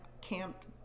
camped